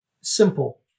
Simple